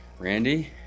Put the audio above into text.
Randy